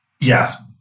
yes